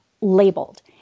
labeled